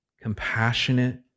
Compassionate